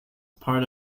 part